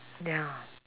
ya